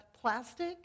plastic